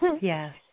Yes